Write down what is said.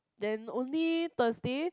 then only Thursday